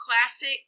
classic